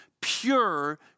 pure